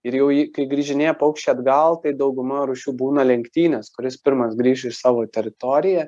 ir jau kai grįžinėja paukščiai atgal tai dauguma rūšių būna lenktynės kuris pirmas grįš į savo teritoriją